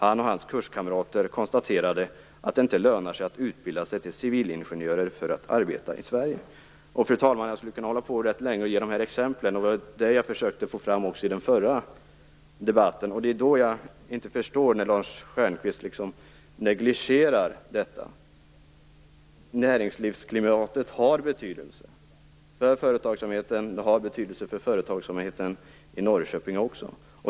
Han och hans kurskamrater konstaterade att det inte lönar sig att utbilda sig till civilingenjörer för att arbeta i Sverige." Fru talman! Jag skulle kunna hålla på rätt länge med att ge exempel. Det var det här jag försökte få fram också i den förra debatten. Jag förstår inte när Lars Stjernkvist negligerar detta. Näringslivsklimatet har betydelse för företagsamheten, och det har även betydelse för företagsamheten i Norrköping.